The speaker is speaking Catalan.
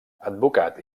advocat